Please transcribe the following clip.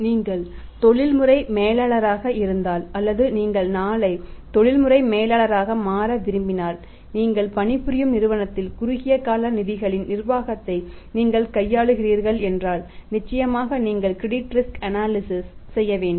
நீங்கள் தொழில்முறை மேலாளராக இருந்தால் அல்லது நீங்கள் நாளை தொழில்முறை மேலாளராக மாற விரும்பினால் நீங்கள் பணிபுரியும் நிறுவனத்தில் குறுகிய கால நிதிகளின் நிர்வாகத்தை நீங்கள் கையாளுகிறீர்கள் என்றால் நிச்சயமாக நீங்கள் கிரெடிட் ரிஸ்க் அனாலிசிஸ் செய்ய வேண்டும்